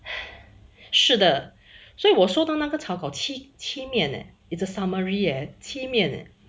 是的所以我收到那个草稿七七面 leh it's a summary leh 七面 leh